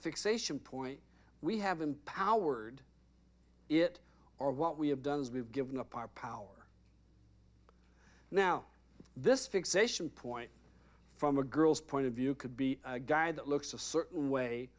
fixation point we have empowered it or what we have done is we've given up our power now this fixation point from a girl's point of view could be a guy that looks a certain way